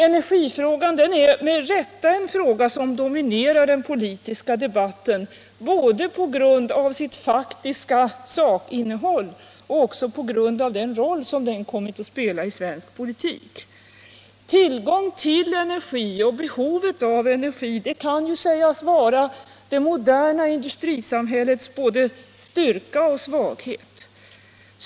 Energifrågan är med rätta en fråga som dominerar den politiska debatten, både på grund av sitt faktiska sakinnehåll och på grund av den roll som den kommit att spela i svensk politik. Tillgång till energi och behovet av energi kan sägas vara det moderna industrisamhällets både styrka och svaghet.